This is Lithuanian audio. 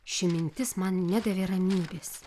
ši mintis man nedavė ramybės